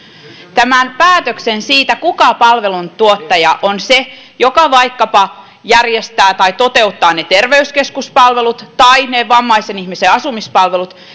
tämän päätöksen siitä kuka palveluntuottaja on se joka vaikkapa järjestää tai toteuttaa ne terveyskeskuspalvelut tai ne vammaisen ihmisen asumispalvelut